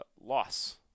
loss